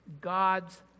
god's